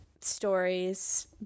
stories